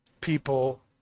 people